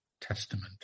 Testament